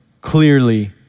clearly